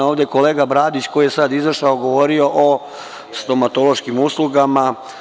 Ovde je kolega Bradić, koji je sada izašao, govorio je o stomatološkim uslugama.